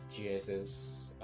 gss